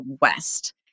West